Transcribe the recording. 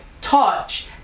touch